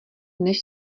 než